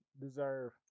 deserve